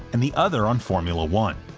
and the other on formula one.